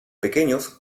pequeños